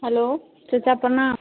hello चच्चा प्रणाम